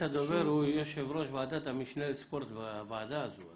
הדובר הוא יושב ראש ועדת המשנה לספורט בוועדה הזו,